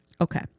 Okay